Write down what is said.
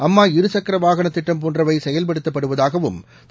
அம்மா இருசக்கர வாகன திட்டம் போன்றவை செயல்படுத்தப்படுவதாகவும் திரு